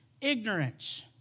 ignorance